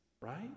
right